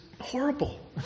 horrible